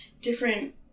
different